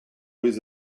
with